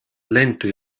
lento